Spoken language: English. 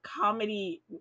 comedy